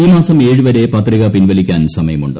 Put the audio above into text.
ഈ മാസം ഏഴ് വരെ പത്രിക പിൻവലിക്കാൻ സമയമുണ്ട്